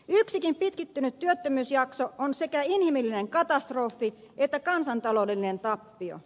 yksikin pitkittynyt työttömyysjakso on sekä inhimillinen katastrofi että kansantaloudellinen tappio